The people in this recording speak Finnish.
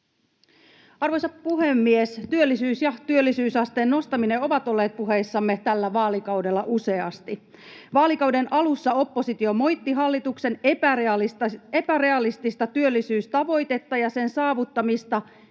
Arvoisa puhemies! Työllisyys ja työllisyysasteen nostaminen ovat olleet puheissamme tällä vaalikaudella useasti. Vaalikauden alussa oppositio moitti hallituksen epärealistista työllisyystavoitetta, ja sen saavuttamista